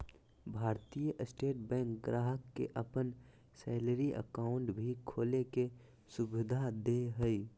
भारतीय state bank ग्राहक के अपन सैलरी अकाउंट भी खोले के सुविधा दे हइ